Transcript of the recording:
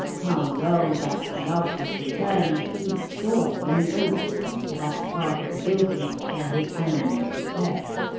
how well that love was returned, cleek saw when he went with him to that part of the building where his animals were kept,